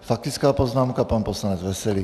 Faktická poznámka pan poslanec Veselý.